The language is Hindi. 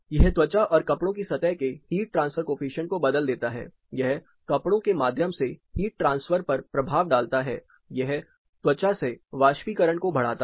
यह त्वचा और कपड़ों की सतह के हीट ट्रांसफर कॉएफिशिएंट को बदल देता है यह कपड़ों के माध्यम से हीट ट्रांसफर पर प्रभाव डालता है यह त्वचा से वाष्पीकरण को बढ़ाता है